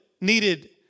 needed